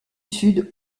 sud